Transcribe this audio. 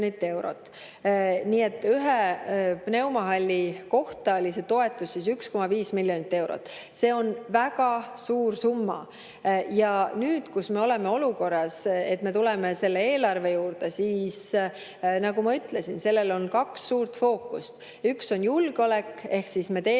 Nii et ühe pneumohalli kohta oli see toetus 1,5 miljonit eurot. See on väga suur summa. Ja nüüd, kus me oleme olukorras, et me tuleme selle eelarve juurde, siis nagu ma ütlesin, sellel on kaks suurt fookust. Üks on julgeolek ehk me teeme